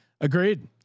Agreed